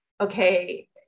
okay